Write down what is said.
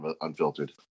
unfiltered